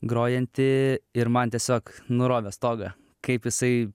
grojantį ir man tiesiog nurovė stogą kaip jisai